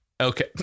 Okay